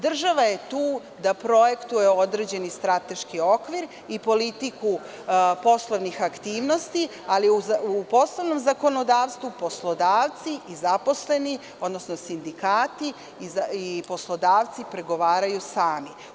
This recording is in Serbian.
Država je tu da projektuje određeni strateški okvir i politiku poslovnih aktivnosti, ali u poslovnom zakonodavstvu poslodavci i zaposleni, odnosno sindikati i poslodavci pregovaraju sami.